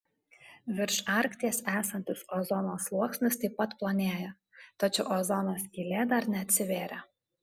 virš arkties esantis ozono sluoksnis taip pat plonėja tačiau ozono skylė dar neatsivėrė